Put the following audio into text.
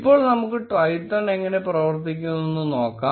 ഇപ്പോൾ നമുക്ക് Twython എങ്ങനെ പ്രവർത്തിക്കുന്നുവെന്ന് നോക്കാം